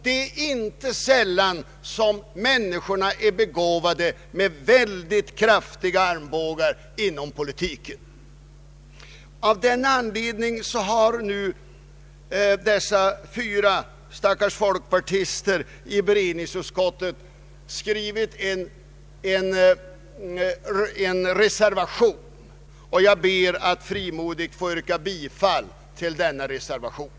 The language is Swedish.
Det är inte sällan människorna inom Ppolitiken är begåvade med mycket kraftiga armbågar. Av denna anledning har fyra stackars folkpartister i beredningsutskottet skrivit en reservation, och jag ber, herr talman, att frimodigt få yrka bifall till denna reservation.